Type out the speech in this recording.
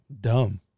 dumb